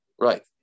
Right